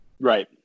Right